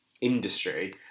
industry